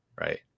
right